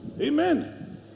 Amen